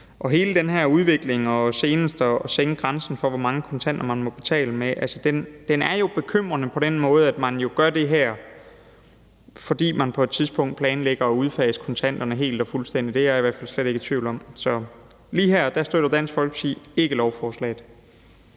Og hele den her udvikling – senest med at sænke grænsen for, hvor mange kontanter man må betale med – er jo bekymrende på den måde, at man jo gør det her, fordi man på et tidspunkt planlægger at udfase kontanterne helt og fuldstændigt. Det er jeg i hvert fald slet ikke i tvivl om. Så lige her støtter Dansk Folkeparti ikke lovforslaget.